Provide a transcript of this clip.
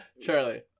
Charlie